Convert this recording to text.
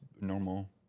normal